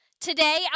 Today